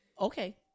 Okay